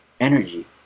energy